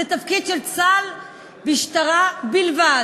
מכל המשרדים,